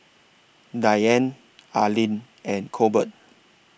Diane Arlyn and Colbert